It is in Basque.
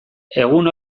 egun